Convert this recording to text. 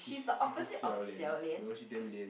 she's super xiao-lians no she damn lian